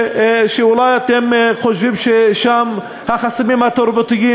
שאולי אתם חושבים ששם החסמים התרבותיים